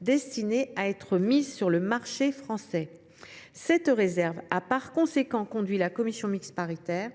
destinées à être mises sur le marché français. Cette restriction a par conséquent conduit la commission mixte paritaire